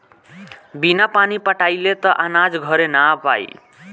बिना पानी पटाइले त अनाज घरे ना आ पाई